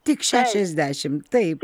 tik šešiasdešim taip